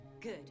Good